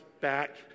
back